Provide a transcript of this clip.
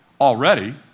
already